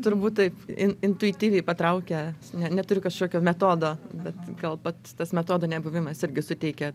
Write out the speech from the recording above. turbūt taip intuityviai patraukę neturiu kažkokio metodo bet gal pats tas metodo nebuvimas irgi suteikia